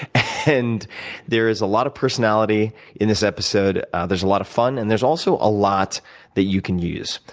and there is a lot of personality in this episode. there's a lot of fun and there's also a lot that you can use.